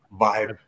vibe